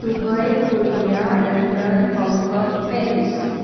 Dubai Korea London Hong Kong Paris